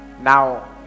now